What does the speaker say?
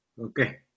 okay